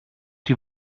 die